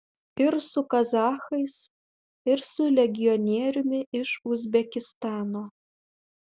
ir su kazachais ir su legionieriumi iš uzbekistano